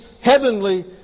heavenly